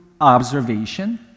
observation